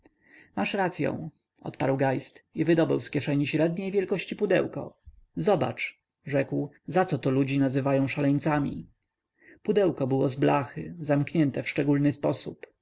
masz racyą odparł geist i wydobył z kieszeni średniej wielkości pudełko zobacz rzekł zacoto ludzi nazywają szaleńcami pudełko było z blachy zamknięte w szczególny sposób